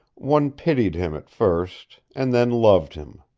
one pitied him at first and then loved him.